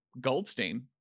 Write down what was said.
Goldstein